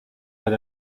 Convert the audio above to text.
had